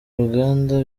uruganda